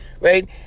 right